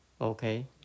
okay